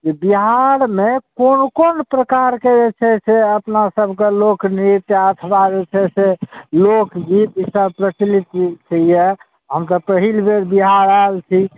जे बिहारमे कोन कोन प्रकारके जे छै से अपना सभके लोकनृत्य अथवा जे छै से लोकगीत ई सब प्रचलित अइ हम तऽ पहिल बेर बिहार आएल छी